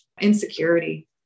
insecurity